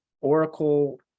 oracle